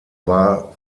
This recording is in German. war